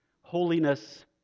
holiness